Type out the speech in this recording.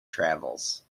travels